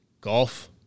golf